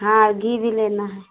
हाँ घी भी लेना है